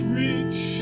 reach